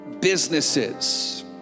businesses